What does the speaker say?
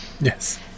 yes